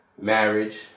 marriage